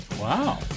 Wow